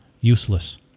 useless